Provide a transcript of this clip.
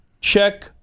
Check